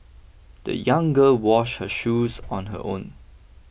the young girl washed her shoes on her own